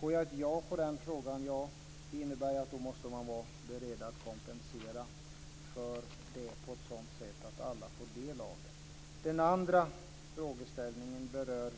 Blir svaret ja på den frågan innebär det att man måste vara beredd att kompensera för detta på ett sådant sätt att alla får del av det. Den andra frågeställningen berör